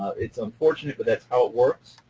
it's unfortunate, but that's how it works.